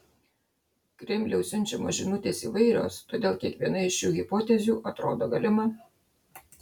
kremliaus siunčiamos žinutės įvairios todėl kiekviena iš šių hipotezių atrodo galima